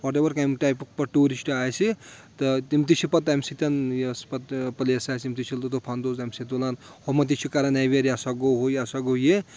واٹ ever کمہِ ٹایپُک پتہٕ ٹوٗرِسٹ آسہِ تہٕ تِم تہِ چھِ پتہٕ تَمہِ سۭتۍ یۄس پتہٕ پٔلیس آسہِ تِم تہِ چھِ لُطُف اَندوز اَمہِ سۭتۍ تُلان ہومَن تہِ چھِ کران ایوِیر یہِ سا گوٚو ہُہ یہِ ہسا گوٚو یہِ